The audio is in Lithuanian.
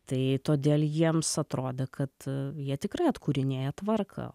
tai todėl jiems atrodė kad jie tikrai atkūrinėja tvarką